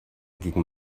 gegen